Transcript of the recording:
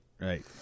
Right